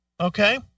okay